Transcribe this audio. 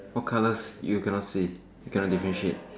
what colours you cannot see you cannot different shade